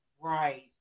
right